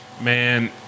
Man